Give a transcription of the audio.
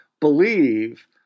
believe